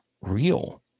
real